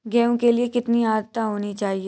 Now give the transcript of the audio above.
गेहूँ के लिए कितनी आद्रता होनी चाहिए?